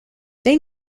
they